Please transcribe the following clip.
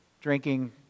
drinking